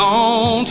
on